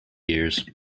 years